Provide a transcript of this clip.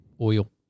Oil